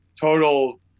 total